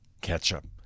ketchup